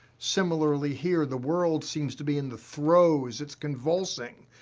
similarly here the world seems to be in the throes. it's convulsing.